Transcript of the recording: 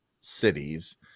cities